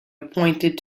appointed